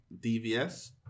DVS